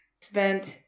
Spent